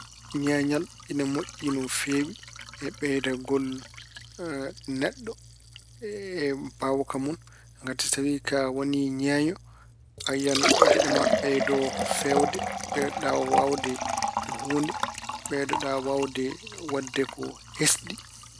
Ñeeñal ene moƴƴi no feewi e ɓeydagol neɗɗo e mbaawka mun. Ngati so tawi a woni ñeeño, a yiyan geɗe ma ɓeydo feewde. Ɓeydoɗa waawde huunde, ɓeydoɗa waawde waɗde ko hesɗi.